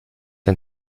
ein